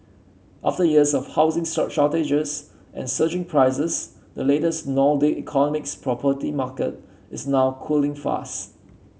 after years of housing shortages and surging prices the latest Nordic economic's property market is now cooling fast